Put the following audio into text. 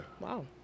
Wow